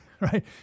right